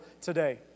today